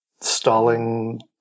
stalling